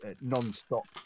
non-stop